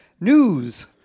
News